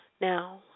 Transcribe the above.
Now